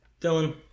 Dylan